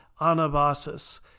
Anabasis